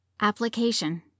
application